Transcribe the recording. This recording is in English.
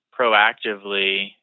proactively